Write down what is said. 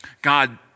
God